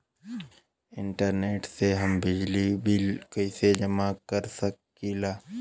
Internet से हम बिजली बिल कइसे जमा कर सकी ला?